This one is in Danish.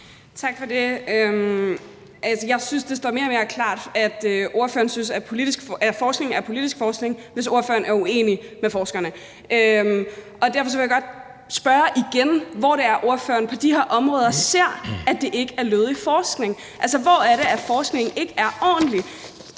Tak for det. Jeg synes, det står mere og mere klart, at ordføreren synes, at forskning er politisk forskning, hvis ordføreren er uenig med forskerne. Derfor vil jeg godt spørge igen, hvor det er, ordføreren på de her områder ser, at det ikke er lødig forskning. Hvor er det, at forskningen ikke er ordentlig?